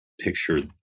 picture